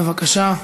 בבקשה.